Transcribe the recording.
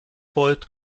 wollt